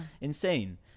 insane